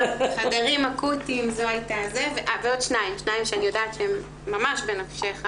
חדרים אקוטיים ועוד שניים שאני יודעת שהם ממש בנפשך,